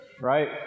Right